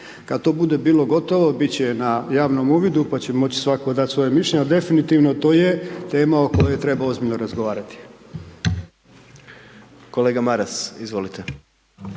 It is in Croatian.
Kad to bude bilo gotovo, bit će na javnom uvidu pa ćemo moći svatko dat svoje mišljenje ali definitivno to je tema o kojoj treba ozbiljno razgovarati. **Jandroković,